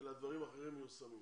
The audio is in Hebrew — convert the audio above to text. ודברים אחרים מיושמים.